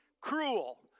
cruel